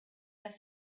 their